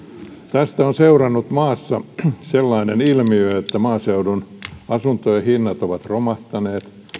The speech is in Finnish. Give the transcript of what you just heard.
tästä on seurannut maassa sellainen ilmiö että maaseudun asuntojen hinnat ovat romahtaneet